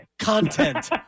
content